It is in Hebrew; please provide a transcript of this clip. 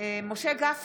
משה גפני,